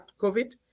COVID